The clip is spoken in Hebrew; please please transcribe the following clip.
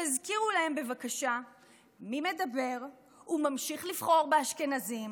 תזכירו להם בבקשה מי מדבר וממשיך לבחור באשכנזים